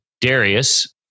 Darius